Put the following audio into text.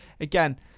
again